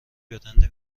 برند